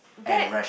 that